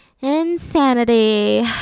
insanity